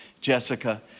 Jessica